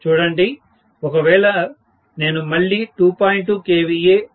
చూడండి ఒకవేళ నేను మళ్ళీ 2